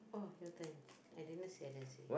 oh your turn I didn't see I didn't see